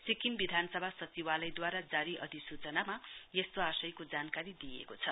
सिक्किम विधानसभा सचिवालयद्वारा जारी अधिसूचनामा यस्तो आश्यको जानकारी दिइएको छ